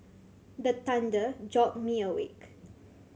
the thunder jolt me awake